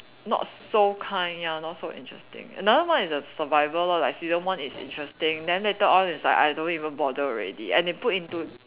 not so kind ya not so interesting another one is the survival lor like season one is interesting then later on is like I don't even bother already and they put into